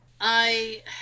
I-